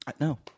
No